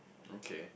okay